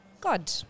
God